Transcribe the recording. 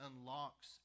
unlocks